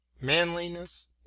manliness